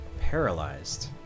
paralyzed